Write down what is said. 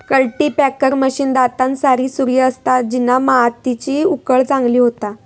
cultipacker machine दातांसारी सुरी असता तिना मातीची उकळ चांगली होता